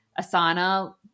Asana